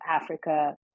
Africa